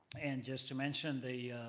and just to mention, the